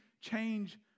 change